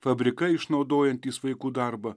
fabrikai išnaudojantys vaikų darbą